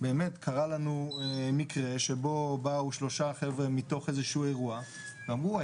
באמת קרה לנו מקרה שבו באו שלושה חבר'ה מתוך איזשהו אירוע ואמרו,